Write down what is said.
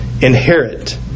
inherit